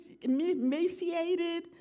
emaciated